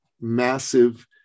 massive